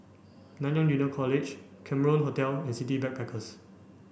Nanyang Junior College Cameron Hotel and City Backpackers